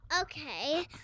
Okay